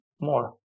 more